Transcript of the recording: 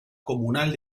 comunal